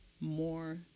more